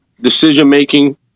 decision-making